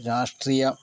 രാഷ്ട്രീയ